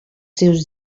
seus